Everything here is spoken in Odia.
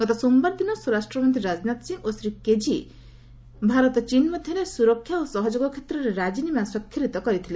ଗତ ସୋମବାର ଦିନ ସ୍ୱରାଷ୍ଟ୍ରମନ୍ତ୍ରୀ ରାଜନାଥ ସିଂହ ଓ ଶ୍ରୀ କେଝି ଭାରତ ଚୀନ୍ ମଧ୍ୟରେ ସୁରକ୍ଷା ଓ ସହଯୋଗ କ୍ଷେତ୍ରରେ ରାଜିନାମା ସ୍ୱାକ୍ଷରିତ କରିଥିଲେ